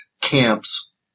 camps